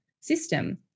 system